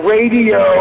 Radio